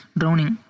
drowning